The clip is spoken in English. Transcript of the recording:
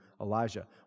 Elijah